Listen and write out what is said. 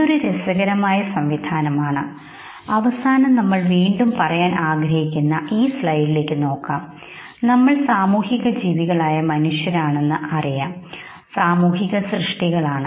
ഇതൊരു രസകരമായ സംവിധാനമാണ് അവസാനം നമ്മൾ വീണ്ടും പറയാൻ ആഗ്രഹിക്കുന്ന ഈ സ്ലൈഡിലേക്ക് നോക്കാംനമ്മൾ സാമൂഹിക ജീവികളായ മനുഷ്യരാണെന്ന് ഞങ്ങൾക്കറിയാം സാമൂഹിക സൃഷ്ടികളാണ്